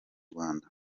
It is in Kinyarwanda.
rwanda